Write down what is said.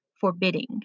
forbidding